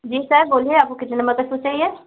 जी sir बोलिए आपको कितने नम्बर का शूज चाहिए